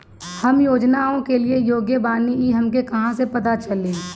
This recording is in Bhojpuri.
हम योजनाओ के लिए योग्य बानी ई हमके कहाँसे पता चली?